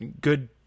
good